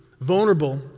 vulnerable